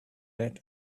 red